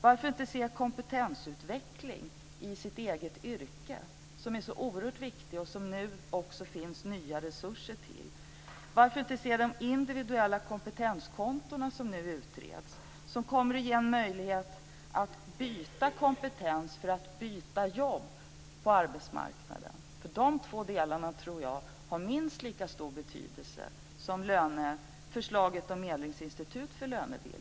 Varför inte se till kompetensutveckling i det egna yrket, något som är så oerhört viktigt och som det nu också finns nya resurser till? Varför inte se till de individuella kompetenskonton som nu utreds och som kommer att ge en möjlighet att byta kompetens för att byta jobb på arbetsmarknaden? Jag tror att de två inslagen har minst lika stor betydelse som förslaget om medlingsinstitut för lönebildningen.